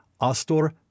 Astor